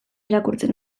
irakurtzen